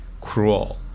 cruel